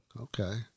okay